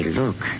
look